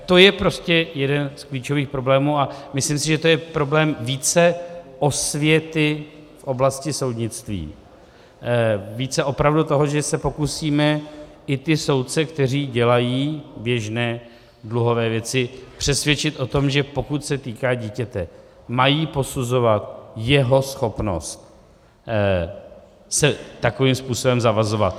To je prostě jeden z klíčových problémů a myslím si, že to je problém více osvěty v oblasti soudnictví, více opravdu toho, že se pokusíme i ty soudce, kteří dělají běžné dluhové věci, přesvědčit o tom, že pokud se týká dítěte, mají posuzovat jeho schopnost se takovým způsobem zavazovat.